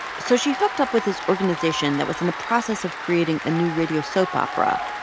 so she hooked up with this organization that was in the process of creating a new radio soap opera,